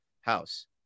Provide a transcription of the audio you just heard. house